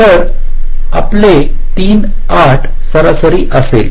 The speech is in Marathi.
तर आपले 3 8 सरासरी असेल